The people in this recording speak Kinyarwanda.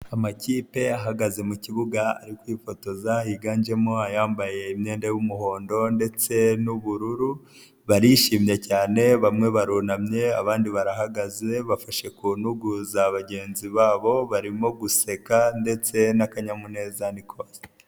Amakipe ahagaze mu kibuga ari kwifotoza, higanjemo ayambaye imyenda y'umuhondo ndetse n'ubururu, barishimye cyane, bamwe barunamye abandi barahagaze bafashe ku ntugu za bagenzi babo, barimo guseka ndetse n'akanyamuneza ni kose.